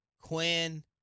quinn